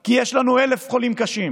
כי יש לנו 1,000 חולים קשים.